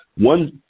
One